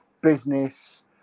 business